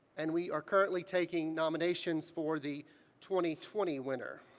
and we are currently taking nominations for the twenty twenty winner.